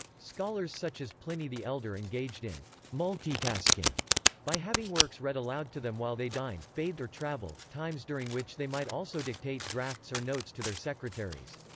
scholars such as pliny the elder engaged in multitasking by having works read aloud to them while they dined, bathed or travelled, times during which they might also dictate drafts or notes to their secretaries.